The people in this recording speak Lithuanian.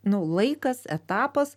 nu laikas etapas